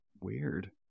weird